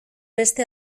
beste